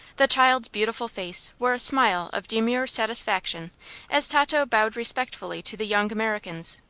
the child's beautiful face wore a smile of demure satisfaction as tato bowed respectfully to the young americans.